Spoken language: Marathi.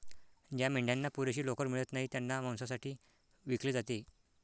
ज्या मेंढ्यांना पुरेशी लोकर मिळत नाही त्यांना मांसासाठी विकले जाते